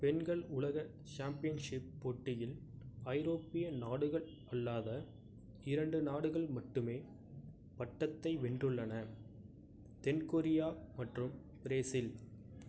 பெண்கள் உலக சாம்பியன்ஷிப் போட்டியில் ஐரோப்பிய நாடுகள் அல்லாத இரண்டு நாடுகள் மட்டுமே பட்டத்தை வென்றுள்ளன தென் கொரியா மற்றும் பிரேசில்